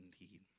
indeed